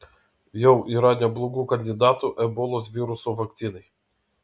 jau yra neblogų kandidatų ebolos viruso vakcinai